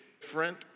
different